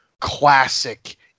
classic